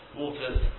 water's